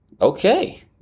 Okay